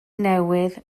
newydd